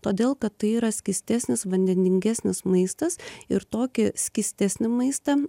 todėl kad tai yra skystesnis vandeningesnis maistas ir tokį skystesnį maistą